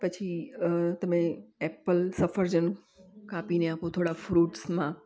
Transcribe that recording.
પછી તમે એપલ સફરજન કાપીને આપો થોડાં ફ્રૂટ્સમાં